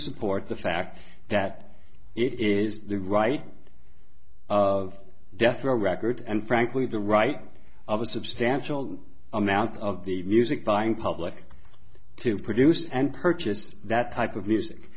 support the fact that it is the right of death row records and frankly the right of a substantial amount of the music buying public to produce and purchase that type of music